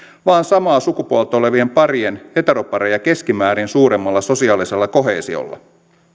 vaan samaa sukupuolta olevien parien heteropareja keskimäärin suuremmalla sosiaalisella koheesiolla